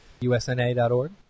USNA.org